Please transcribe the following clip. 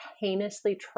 heinously